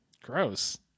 Gross